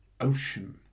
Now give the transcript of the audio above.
ocean